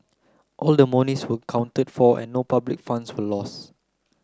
all the monies were accounted for and no public funds were lost